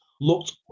looked